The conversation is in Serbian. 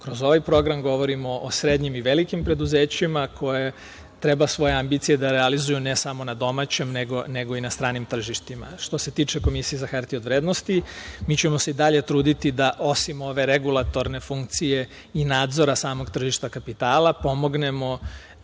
kroz ovaj program govorimo o srednjim i velikim preduzećima koja treba svoje ambicije da realizuju ne samo na domaćem, nego i na stranim tržištima. Što se tiče Komisije za hartije od vrednosti, mi ćemo se i dalje truditi da, osim ove regulatorne funkcije i nadzora samog tržišta kapitala, pomognemo,